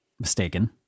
mistaken